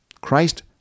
Christ